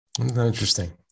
Interesting